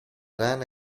rana